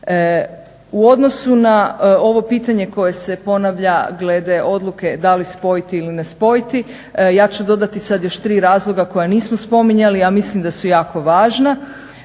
U odnosu na ovo pitanje koje se ponavlja glede odluke da li spojiti ili ne spojiti, ja ću dodati još tri razloga koja nisu spominjali, ja mislim da su jako važna.